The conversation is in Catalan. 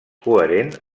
coherent